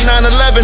9-11